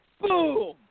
boom